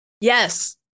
yes